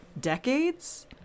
decades